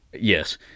Yes